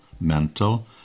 mental